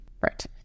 Right